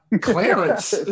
Clarence